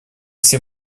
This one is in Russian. все